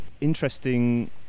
interesting